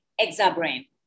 ExaBrain